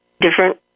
different